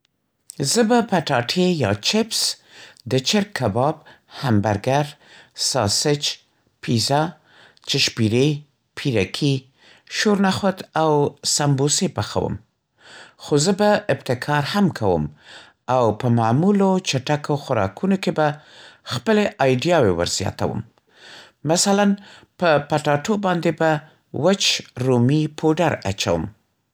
۲۳ زه به پټاټې یا چپس، د چرګ کباب، همبرګر، ساسچ، پیزا، چشپیرې، پیرکي، شورنخود او سمبوسې پخوم. خو زه به ابتکار هم کوم او په معمولو چټکو خوراکونو کې به خپلې أیډیاوې ورزیاتوم. مثلا؛ په پټاټو باندې به وچ رومی پوډر اچوم.